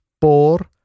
por